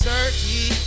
Turkey